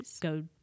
go